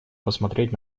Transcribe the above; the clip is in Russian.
посмотреть